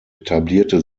etablierte